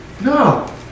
No